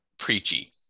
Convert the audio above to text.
preachy